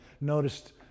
noticed